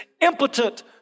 impotent